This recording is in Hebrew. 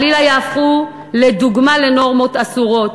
וחלילה יהפכו לדוגמה לנורמות אסורות.